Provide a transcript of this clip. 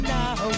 now